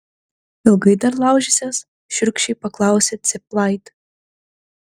ilgai dar laužysies šiurkščiai paklausė cėplaitė